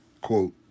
Quote